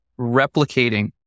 replicating